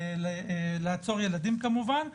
לעצור ילדים כמובן.